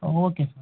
ಹಾಂ okay sir